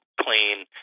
clean